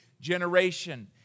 generation